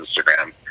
Instagram